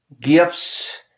gifts